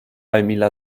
emila